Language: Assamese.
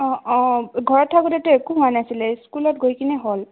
অ অ ঘৰত থাকোঁতেতো একো হোৱা নাছিলে স্কুলত গৈকেনে হ'ল